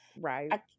right